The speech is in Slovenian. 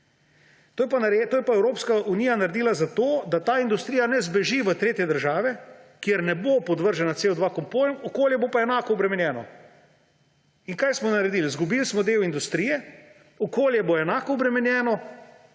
To je pa Evropska unija naredila zato, da ta industrija ne zbeži v tretje države, kjer ne bo podvržena CO2 kuponom, okolje bo pa enako obremenjeno. In kaj smo naredili? Izgubili smo del industrije, okolje bo enako obremenjeno.